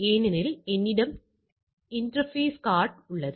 ஏனெனில் என்னிடம் interface card உள்ளது